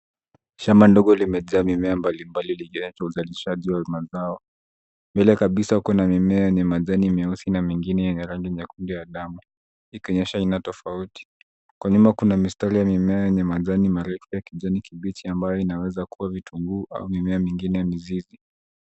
Shamba ndogo limejaa mimea mbalimbali likionyesha uzalishaji wa mazao. Mbele kabisa kuna mimea yenye majani meusi na mingine yenye rangi nyekundu ya damu, ikionyesha aina tofauti. Kwa nyuma kuna mistari ya mimea yenye majani marefu ya kijani kibichi ambayo inaweza kuwa vitunguu au mimea mingine mizizi.